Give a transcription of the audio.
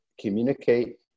communicate